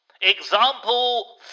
Example